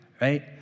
right